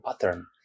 pattern